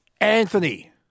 Anthony